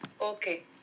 Okay